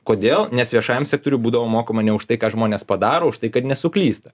kodėl nes viešajam sektoriui būdavo mokama ne už tai ką žmonės padaro o už tai kad nesuklysta